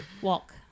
Walk